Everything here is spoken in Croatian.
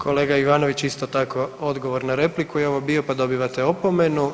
Kolega Ivanović isto tako odgovor na repliku je ovo bio, pa dobivate opomenu.